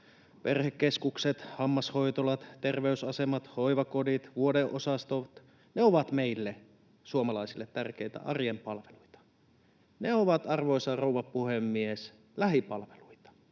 perhekeskukset, hammashoitolat, terveysasemat, hoivakodit, vuodeosastot — ne ovat meille suomalaisille tärkeitä arjen palveluita. Ne ovat, arvoisa rouva puhemies, lähipalveluita.